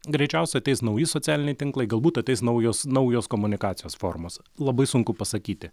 greičiausiai ateis nauji socialiniai tinklai galbūt ateis naujos naujos komunikacijos formos labai sunku pasakyti